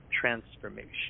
transformation